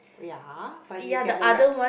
ya but you get the rept~